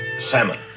salmon